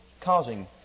causing